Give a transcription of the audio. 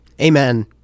Amen